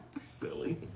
Silly